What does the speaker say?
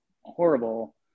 horrible